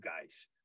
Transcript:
guys